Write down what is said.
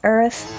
Earth